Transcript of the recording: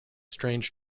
strange